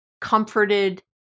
comforted